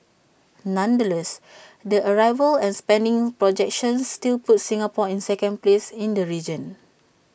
nonetheless the arrivals and spending projections still put Singapore in second place in the region